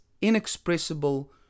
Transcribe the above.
inexpressible